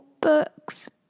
books